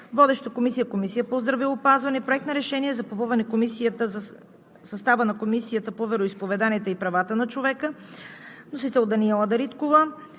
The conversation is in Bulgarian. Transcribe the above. Водеща е Комисията по здравеопазване. Проект на решение за попълване състава на Комисията по вероизповеданията и правата на човека. Вносител – Даниела Дариткова.